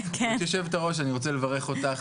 את יושבת הראש אני רוצה לברך אותך.